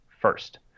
first